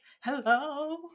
Hello